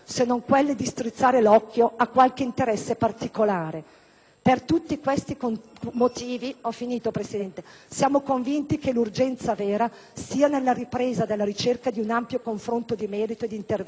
Per tutti questi motivi, siamo convinti che l'urgenza vera sia nella ripresa della ricerca di un ampio confronto di merito e di interventi organici su temi, come abbiamo visto, di portata molto ampia